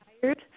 tired